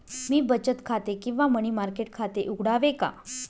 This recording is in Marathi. मी बचत खाते किंवा मनी मार्केट खाते उघडावे का?